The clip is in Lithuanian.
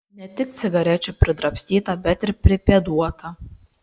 ne tik cigarečių pridrabstyta bet ir pripėduota